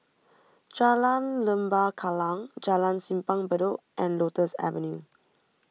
Jalan Lembah Kallang Jalan Simpang Bedok and Lotus Avenue